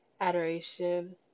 adoration